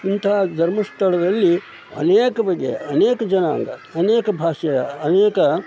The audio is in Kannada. ಇಂತಹ ಧರ್ಮಸ್ಥಳದಲ್ಲಿ ಅನೇಕ ಬಗೆಯ ಅನೇಕ ಜನಾಂಗ ಅನೇಕ ಭಾಷೆಯ ಅನೇಕ